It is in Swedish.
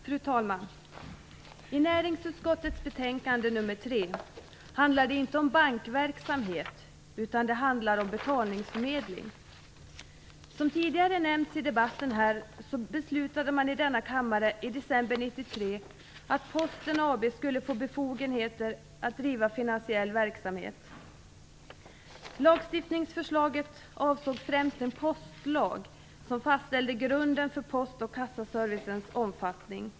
Fru talman! I näringsutskottets betänkande nr 3 handlar det inte om bankverksamhet, utan det handlar om betalningsförmedling. Som tidigare har nämnts i debatten beslutade man i denna kammare i december 1993 att Posten AB skulle få befogenheter att driva finansiell verksamhet.